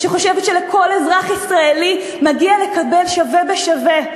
שחושבת שלכל אזרח ישראלי מגיע לקבל שווה בשווה,